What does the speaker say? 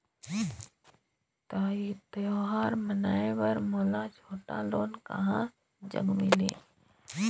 त्योहार मनाए बर मोला छोटा लोन कहां जग मिलही?